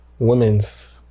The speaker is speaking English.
Women's